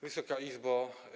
Wysoka Izbo!